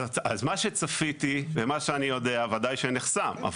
אז מה שצפיתי ומה שאני יודע ודאי שנחסם,